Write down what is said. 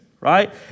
right